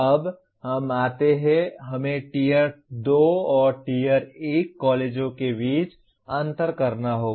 अब हम आते हैं हमें टियर 2 और टियर 1 कॉलेजों के बीच अंतर करना होगा